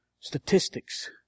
statistics